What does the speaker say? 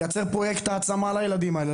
לייצר פרוייקט העצמה לילדים האלה.